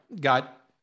got